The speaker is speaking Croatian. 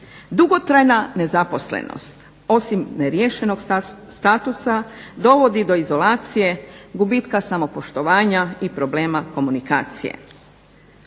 Dugotrajna nezaposlenost osim neriješenog statusa dovodi do izolacije, gubitka samopoštovanja i problema komunikacije.